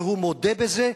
והוא מודה בזה,